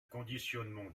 conditionnement